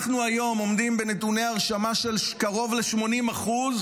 אנחנו היום עומדים בנתוני ההרשמה של קרוב ל-80%;